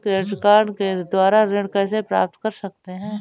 हम credit card के द्वारा ऋण कैसे प्राप्त कर सकते हैं?